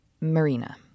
Marina